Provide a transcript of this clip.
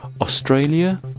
Australia